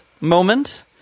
moment